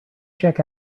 check